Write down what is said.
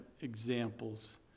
examples